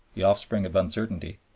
the offspring of uncertainty,